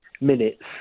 minutes